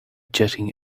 jetting